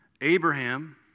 Abraham